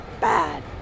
bad